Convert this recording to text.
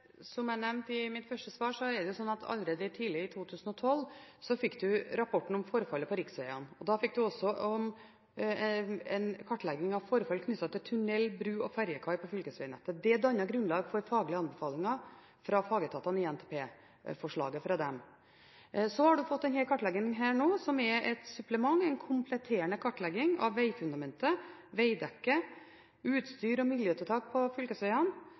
Som jeg nevnte i mitt første svar, er det slik at allerede tidlig i 2012 fikk man rapporten om forfallet på riksvegene. Da fikk man også en kartlegging av forfall knyttet til tunneler, bruer og ferjekaier på fylkesvegnettet. Det dannet grunnlag for faglige anbefalinger fra fagetatene i NTP-forslaget fra dem. Så har man fått denne kartleggingen nå som er et supplement, en kompletterende kartlegging av vegfundament og vegdekke, utstyr og miljøtiltak på